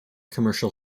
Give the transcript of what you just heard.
commercial